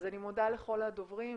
אז אני מודה לכל הדוברים,